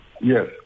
yes